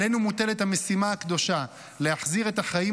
עלינו מוטלת המשימה הקדושה להחזיר את החיים